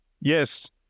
Yes